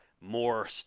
more